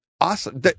Awesome